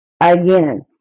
Again